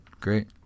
Great